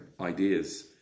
ideas